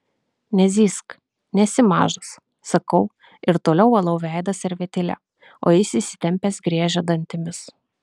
nezyzk nesi mažas sakau ir toliau valau veidą servetėle o jis įsitempęs griežia dantimis